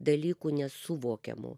dalykų nesuvokiamų